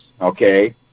okay